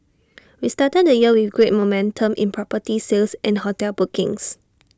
we started the year with great momentum in property sales and hotel bookings